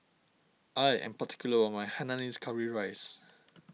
I am particular about my Hainanese Curry Rice